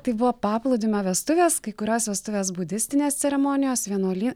tai buvo paplūdimio vestuvės kai kurios vestuvės budistinės ceremonijos vienuoly